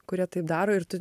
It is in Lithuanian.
kurie tai daro ir tu